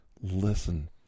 listen